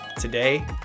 Today